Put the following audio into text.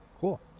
cool